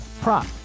prop